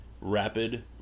Rapid